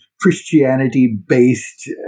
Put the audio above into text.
Christianity-based